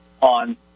on